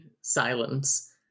silence